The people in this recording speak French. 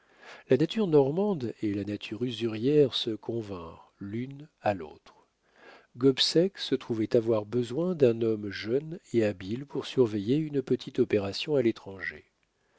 la nature normande et la nature usurière se convinrent l'une à l'autre gobseck se trouvait avoir besoin d'un homme jeune et habile pour surveiller une petite opération à l'étranger